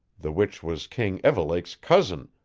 the which was king evelake's cousin,